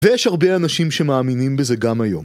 ויש הרבה אנשים שמאמינים בזה גם היום